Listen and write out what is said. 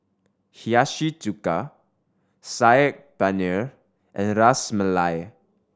Hiyashi Chuka Saag Paneer and Ras Malai